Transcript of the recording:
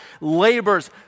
labors